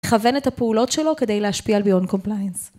מכוון את הפעולות שלו כדי להשפיע על Beyond Compliance.